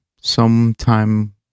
sometime